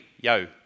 yo